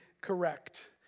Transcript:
correct